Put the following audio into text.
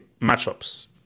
matchups